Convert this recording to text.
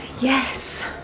Yes